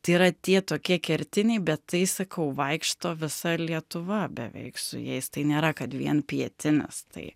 tai yra tie tokie kertiniai bet tai sakau vaikšto visa lietuva beveik su jais tai nėra kad vien pietinis tai